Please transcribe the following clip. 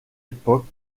époque